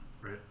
Right